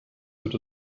wird